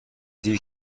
دیر